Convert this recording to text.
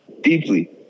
deeply